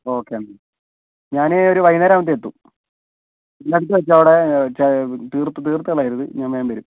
okay എന്നാൽ ഞാനേയ് ഒരു വൈകുന്നേരം ആവുമ്പോഴത്തേയ്ക്ക് എത്തും എല്ലാം എടുത്തുവച്ചോ അവിടെ തീർത്ത് തീർത്ത് കളയരുത് ഞാൻ വേഗം വരും